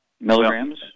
Milligrams